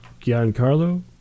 Giancarlo